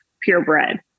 purebred